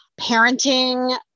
parenting